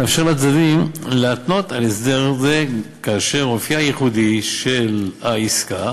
מאפשר לצדדים להתנות על הסדר זה כאשר אופייה הייחודי של העסקה